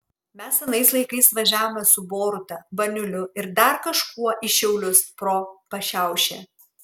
mes anais laikais važiavome su boruta baniuliu ir dar kažkuo į šiaulius pro pašiaušę